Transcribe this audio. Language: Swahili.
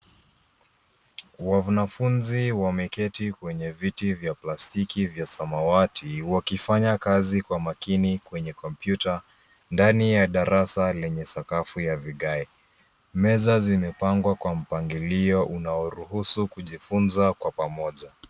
Wanafunzi wameketi kwenye viti vya plastiki vya samawati wakifanya kazi kwa makini kwenye kompyuta ndani ya darasa lenye sakafu ya vigae. Meza zimepangwa kwa mpangilio unaoruhusu kujifunza kwa pamoja.